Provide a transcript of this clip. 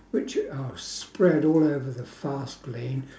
which oh spread all over the fast lane